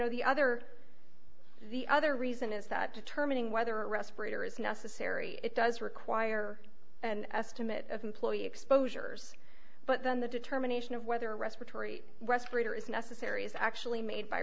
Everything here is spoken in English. know the other the other reason is that determining whether a respirator is necessary it does require an estimate of employee exposures but then the determination of whether respiratory respirator is necessary is actually made by